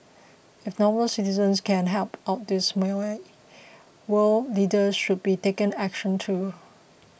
if normal citizens can help out this way world leaders should be taking action too